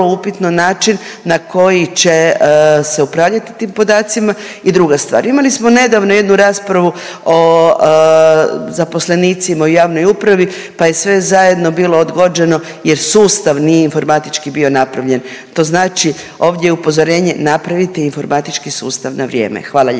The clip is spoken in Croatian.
upitno način na koji će se upravljati tim podacima. I druga stvar, imali smo nedavno jednu raspravu o zaposlenicima u javnoj upravi, pa je sve zajedno bilo odgođeno jer sustav nije informatički bio napravljen. To znači ovdje upozorenje napravite informatički sustav na vrijeme, hvala lijepo.